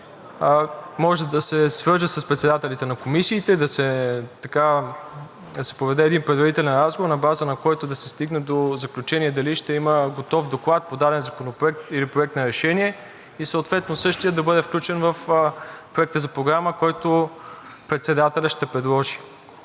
може да се свърже с председателите на комисиите и да се проведе един предварителен разговор на база, на който да се стигне до заключение дали ще има готов доклад по даден законопроект, или проект на решение и съответно същият да бъде включен в проекта за програма, който председателят ще предложи.